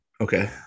okay